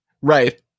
Right